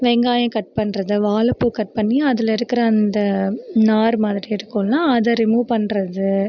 வெங்காயம் கட் பண்ணுறது வாழைப்பூ கட் பண்ணி அதில் இருக்கிற அந்த நார் மாதிரி இருக்கும்லே அதை ரிமூவ் பண்ணுறது